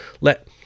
Let